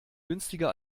günstiger